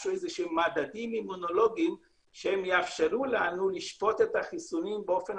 מדדים אימונולוגיים שיאפשרו לנו לשפוט את החיסונים באופן